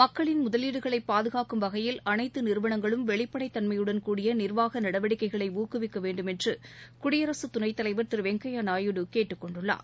மக்களின் முதலீடுகளை பாதுகாக்கும் வகையில் அனைத்து நிறுவனங்களும் வெளிப்படைத் தன்மையுடன் கூடிய நிர்வாக நடவடிக்கைகளை ஊக்குவிக்க வேண்டும் என்று குடியரசுத் துணைத் தலைவர் திரு வெங்கப்யா நாயுடு கேட்டுக் கொண்டுள்ளார்